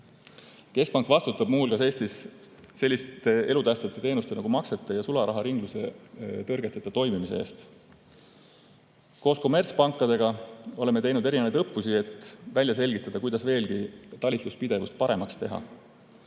Keskpank vastutab Eestis muu hulgas selliste elutähtsate teenuste nagu maksete ja sularaharingluse tõrgeteta toimimise eest. Koos kommertspankadega oleme teinud mitmesuguseid õppusi, et välja selgitada, kuidas talitluspidevust veelgi paremaks teha.